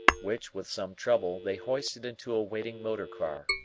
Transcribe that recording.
which, with some trouble, they hoisted into a waiting motor-car.